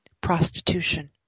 Prostitution